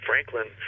Franklin